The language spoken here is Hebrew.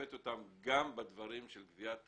שופט אותם גם בדברים של גביית ארנונה,